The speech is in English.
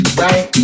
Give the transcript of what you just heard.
right